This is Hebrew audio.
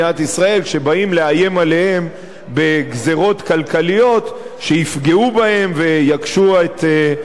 לאיים עליהם בגזירות כלכליות שיפגעו בהם ויקשו את חייהם.